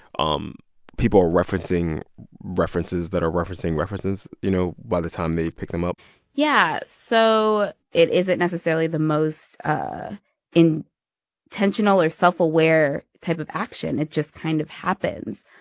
um people are referencing references that are referencing references, you know, by the time they pick them up yeah. so it isn't necessarily the most ah intentional or self-aware type of action. it just kind of happens.